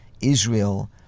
Israel